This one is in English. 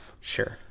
Sure